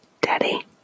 Daddy